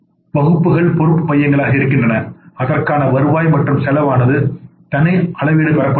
எனவே பகுப்புகள் பொறுப்பு மையங்களாக இருக்கின்றன அதற்கான வருவாய் மற்றும் செலவானது தனி அளவீடு பெறப்படுகிறது